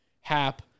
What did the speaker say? Hap